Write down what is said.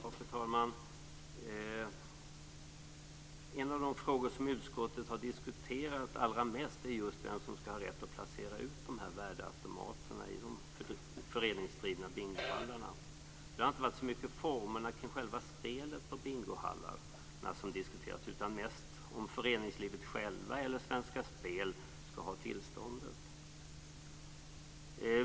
Fru talman! En av de frågor utskottet har diskuterat allra mest är just vem som skall ha rätt att placera ut värdeautomaterna i de föreningsdrivna bingohallarna. Det har inte varit så mycket formerna kring själva spelet i bingohallarna som har diskuterats, utan mest om föreningslivet eller Svenska Spel skall ha tillståndet.